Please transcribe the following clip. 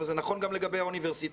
אבל זה נכון גם לגבי האוניברסיטאות,